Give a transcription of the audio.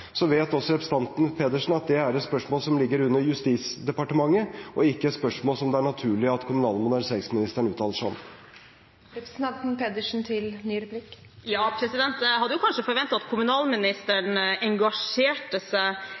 vet også representanten Pedersen at det er et spørsmål som ligger under Justisdepartementet og ikke et spørsmål som det er naturlig at kommunal- og moderniseringsministeren uttaler seg om.